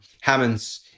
Hammond's